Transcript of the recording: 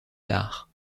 tard